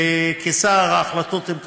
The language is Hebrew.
וכשר, ההחלטות הן קשות.